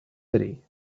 city